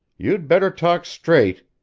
you'd better talk straight.